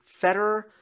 Federer